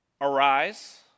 arise